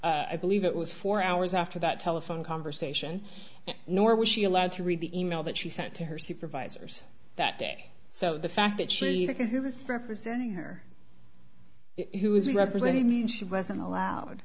i believe it was four hours after that telephone conversation nor was she allowed to read the e mail that she sent to her supervisors that day so the fact that she the guy who was representing her who was representing me she wasn't allowed